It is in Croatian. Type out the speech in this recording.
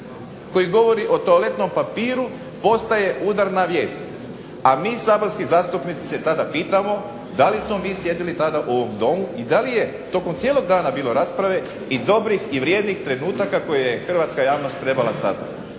koji govori o toaletnom papiru postaje udarna vijest, a mi saborski zastupnici se tada pitamo da li smo mi sjedili tada u ovom domu i da li je tokom cijelog dana bilo rasprave i dobrih i vrijednih trenutaka koje je hrvatska javnost trebala saznati.